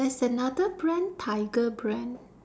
there's another brand tiger brand